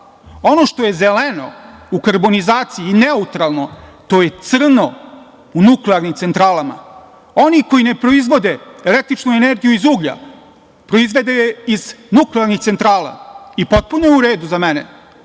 ono što je zeleno u karbonizaciji, neutralno, to je crno u nuklearnim centralama. Oni koji ne proizvode električnu energiju iz uglja, proizvode je iz nuklearnih centrala, i potpuno u redu za mene